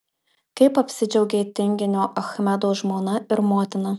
kaip apsidžiaugė tinginio achmedo žmona ir motina